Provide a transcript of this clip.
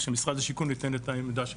שמשרד השיכון ייתן את העמדה שלו.